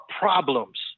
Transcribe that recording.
problems